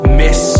miss